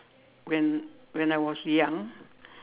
when when I was young